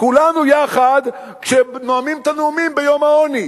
כולנו יחד כשנואמים את הנאומים ביום העוני.